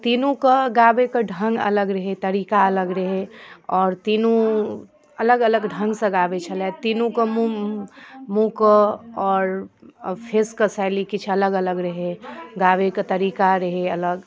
तीनूके गाबैके ढंग अलग रहै तरीका अलग रहै आओर तीनू अलग अलग ढंगसँ गाबै छलए तीनूके मुँह मुँहके आओर फेसके शैली किछु अलग अलग रहै गाबैके तरीका रहै अलग